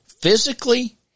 physically